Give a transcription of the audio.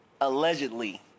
allegedly